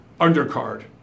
undercard